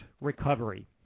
recovery